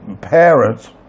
parents